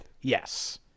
Yes